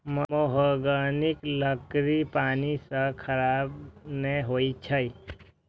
महोगनीक लकड़ी पानि सं खराब नै होइ छै